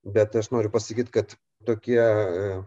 bet aš noriu pasakyt kad tokie